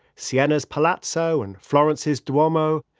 siena's palazzo, so and florence's duomo,